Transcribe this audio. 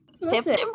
September